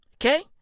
Okay